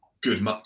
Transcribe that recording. good